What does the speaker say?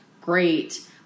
great